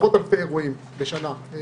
עשרות אלפי אירועים בשנה.